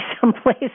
someplace